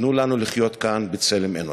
תנו לנו לחיות כאן בצלם אנוש.